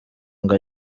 ngo